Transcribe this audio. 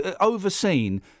overseen